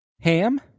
Ham